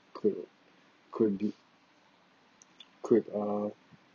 could could be could uh